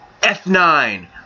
F9